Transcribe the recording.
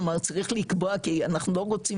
כלומר צריך לקבוע כי אנחנו לא רוצים